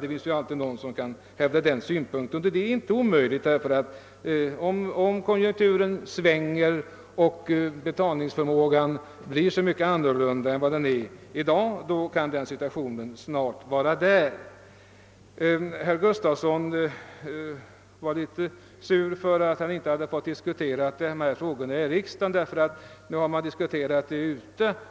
Det finns alltid någon som kommer att hävda sådana synpunkter. Om konjunkturen svänger och betalningsförmågan ändras i förhållande till dagens kan vi snart ha den situationen. Herr Gustafsson i Skellefteå var litet sur därför att han inte fått diskutera frågan i riksdagen tidigare. Den hade nämligen börjat diskuteras